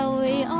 ah way